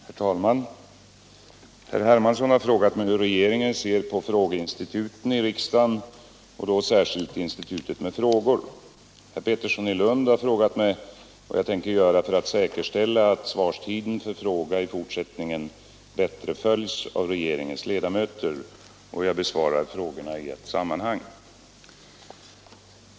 Herr talman! Herr Hermansson har frågat mig hur regeringen ser på frågeinstituten i riksdagen, då särskilt institutet med frågor. Herr Pettersson i Lund har frågat mig vad jag tänker göra för att säkerställa att svarstiden för fråga i fortsättningen bättre följs av regeringens ledamöter. Jag besvarar frågorna i ett sammanhang.